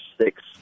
six